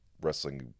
wrestling